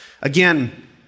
again